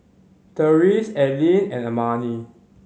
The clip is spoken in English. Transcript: Therese Allyn and Amani